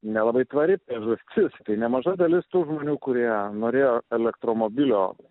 nelabai tvari priežastis tai nemaža dalis tų žmonių kurie norėjo elektromobilio